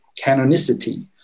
canonicity